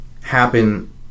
happen